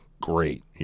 great